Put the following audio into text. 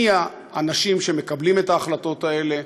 מי האנשים שמקבלים את ההחלטות האלה,